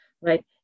right